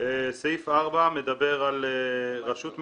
סעיף 4 מדבר על רשות מקומית,